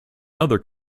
other